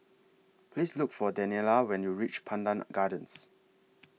Please Look For Daniella when YOU REACH Pandan Gardens